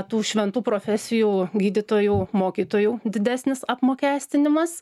tų šventų profesijų gydytojų mokytojų didesnis apmokestinimas